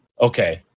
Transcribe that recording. Okay